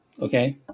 okay